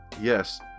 Yes